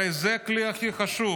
הרי זה הכלי הכי חשוב.